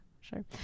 sure